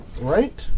Right